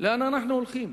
לאן אנחנו הולכים.